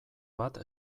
bat